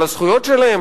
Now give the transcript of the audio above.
על הזכויות שלהם,